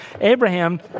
Abraham